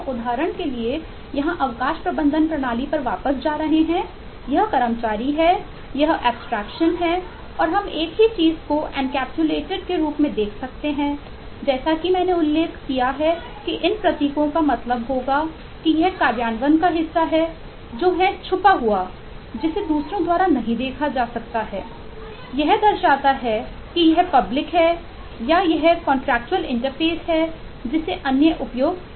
उदाहरण के लिए यहां अवकाश प्रबंधन प्रणाली पर वापस जा रहा है यह कर्मचारी हैं यह एब्स्ट्रेक्शन है जिसे अन्य उपयोग कर सकते हैं